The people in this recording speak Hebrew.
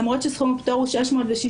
למרות שסכום הפטור הוא 660,000,